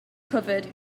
covered